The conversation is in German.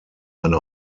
eine